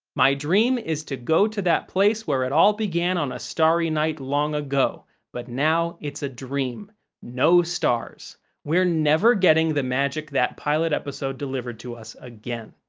my dream is to go to that place where it all began on a starry night long ago but now it's a dream no stars we're never getting the magic that pilot episode delivered to us again.